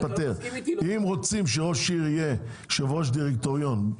אם רוצים שראש עיר יהיה יושב-ראש דירקטוריון,